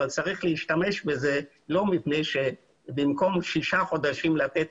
אבל צריך להשתמש בזה כך שלא מפני שבמקום שישה חודשים לתת